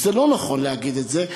ולא נכון להגיד את זה.